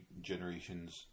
generations